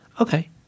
Okay